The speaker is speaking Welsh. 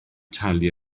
talu